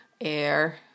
air